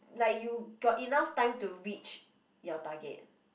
like you got enough time to reach your target